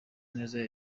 neza